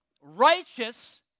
righteous